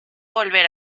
volver